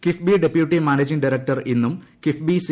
KIIFB deputy managing director ഇന്നും KIIFB C